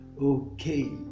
Okay